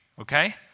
okay